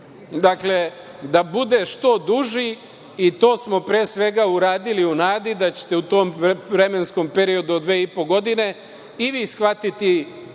dakle, da bude što duži, i to smo pre svega uradili u nadi da ćete u tom vremenskom periodu od dve i po godine i vi shvatiti